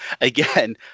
again